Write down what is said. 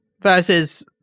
Versus